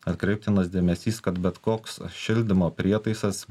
atkreiptinas dėmesys kad bet koks šildymo prietaisas